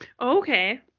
Okay